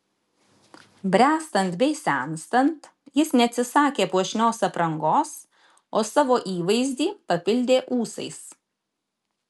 bręstant bei senstant jis neatsisakė puošnios aprangos o savo įvaizdį papildė ūsais